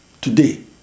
today